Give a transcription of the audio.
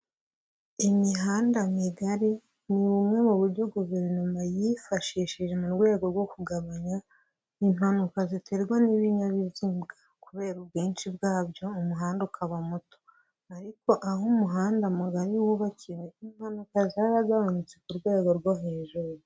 Imihanda migari, ni bumwe mu buryo guverinoma yifashishije mu rwego rwo kugabanya, impanuka ziterwa n'ibinyabiziga kubera ubwinshi bwabyo, umuhanda ukaba muto, ariko aho umuhanda mugari wubakiwe, impanuka zaragabanutse ku rwego rwo hejuru.